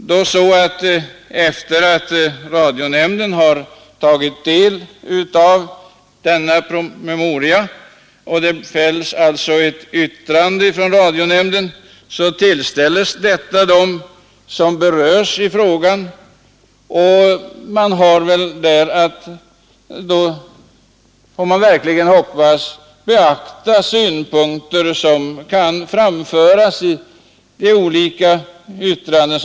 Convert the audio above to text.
Sedan radionämnden tagit del av denna PM avger den ett yttrande, som sedan tillställes dem som berörs av frågan. Vi får då hoppas att Sveriges Radio verkligen beaktar de synpunkter som radionämnden uttalar i sina olika yttranden.